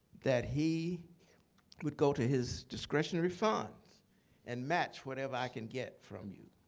that he would go to his discretionary funds and match whatever i can get from you.